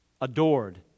adored